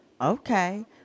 Okay